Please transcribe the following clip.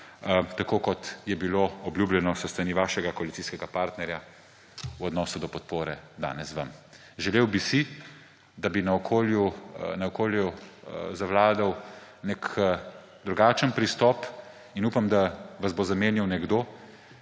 tako kot je bilo obljubljeno s strani vašega koalicijskega partnerja v odnosu do podpore danes vam. Želel bi si, da bi na okolju zavladal nek drugačen pristop, in upam, da vas bo zamenjal nekdo,